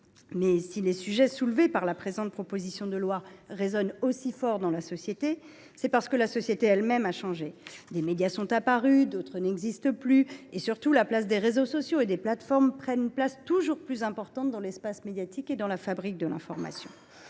Mais, si les sujets soulevés par la présente proposition de loi résonnent aussi fort dans la société, c’est parce que celle ci a changé. Certains médias sont apparus et d’autres n’existent plus… Surtout, les réseaux sociaux et les plateformes prennent une place toujours plus grande dans l’espace médiatique et la fabrique de l’information.